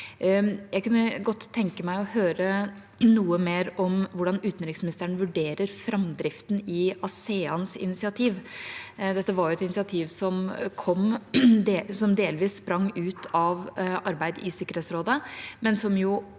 Jeg kunne godt tenke meg å høre noe mer om hvordan utenriksministeren vurderer framdriften i ASEANs initiativ. Dette var et initiativ som kom, som delvis sprang ut av arbeid i Sikkerhetsrådet, men som